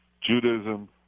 Judaism